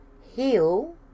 heal